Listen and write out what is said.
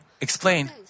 explain